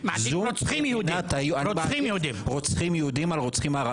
זו מדינת --- מעדיף רוצחים יהודים.